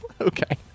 Okay